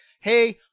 hey